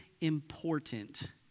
important